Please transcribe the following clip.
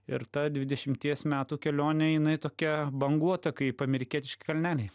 ir ta dvidešimties metų kelionė jinai tokia banguota kaip amerikietiški kalneliai